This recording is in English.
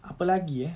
apa lagi eh